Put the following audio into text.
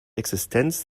existenz